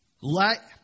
let